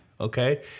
okay